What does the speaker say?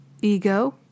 ego